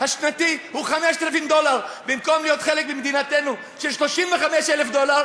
השנתי הוא 5,000 דולר במקום להיות חלק ממדינתנו של 35,000 דולר,